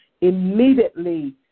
immediately